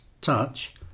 touch